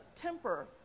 temper